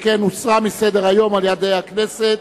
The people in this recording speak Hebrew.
שכן הוסרה מסדר-היום על-ידי הכנסת.